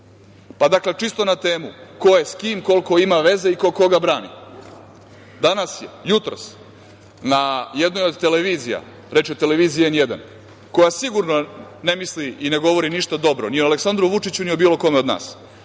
Pa dakle, čisto na temu ko je sa kim, koliko ima veze i ko koga brani. Danas je, jutros na jednoj od televizija, reč je o televiziji „N1“ koja sigurno ne misli i ne govori ništa dobro ni o Aleksandru Vučiću, ni bilo kome od nas,